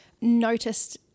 noticed